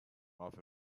off